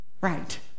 Right